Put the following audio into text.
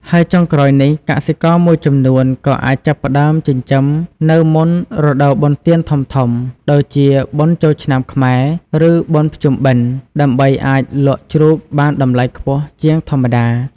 ហើយចុងក្រោយនេះ កសិករមួយចំនួនក៏អាចចាប់ផ្ដើមចិញ្ចឹមនៅមុន រដូវបុណ្យទានធំៗ ដូចជាបុណ្យចូលឆ្នាំខ្មែរ ឬបុណ្យភ្ជុំបិណ្ឌ ដើម្បីអាចលក់ជ្រូកបានតម្លៃខ្ពស់ជាងធម្មតា។